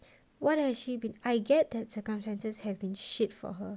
what has she been I get that circumstances have been shit for her